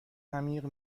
عمیق